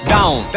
Down